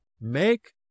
Make